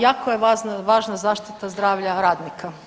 Jako je važna zaštita zdravlja radnika.